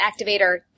activator